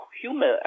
human